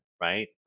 right